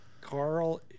Carl